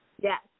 Yes